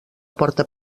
porta